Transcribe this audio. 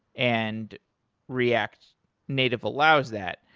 and react native allows that.